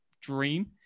dream